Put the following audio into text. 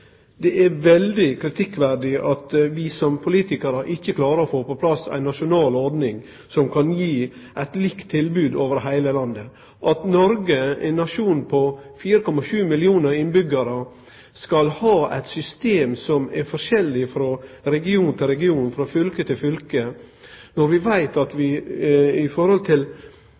Det er veldig kritikkverdig at vi som politikarar ikkje klarar å få på plass ei nasjonal ordning som kan gi eit likt tilbod over heile landet. At Noreg, ein nasjon på 4,7 millionar innbyggjarar, skal ha eit system som er forskjellig frå region til region, frå fylke til fylke, når vi veit at vi dersom vi samanliknar oss med ein by i